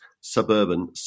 suburban